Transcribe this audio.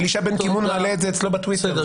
אלישע בן קימון מעלה את זה אצלו בטוויטר.